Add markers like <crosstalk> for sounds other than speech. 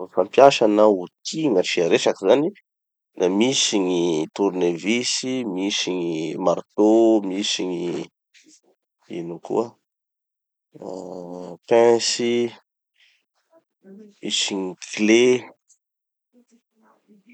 <audio distortion> fitova fampiasa na outils gn'asia resaky zany, da misy gny tournevis, misy gny marteau, misy gny ino koa, ah pince, misy gny clés.